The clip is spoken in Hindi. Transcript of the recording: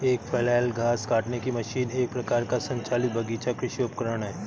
एक फ्लैल घास काटने की मशीन एक प्रकार का संचालित बगीचा कृषि उपकरण है